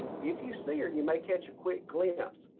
if you see her, you may catch a quick glimpse.